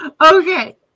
okay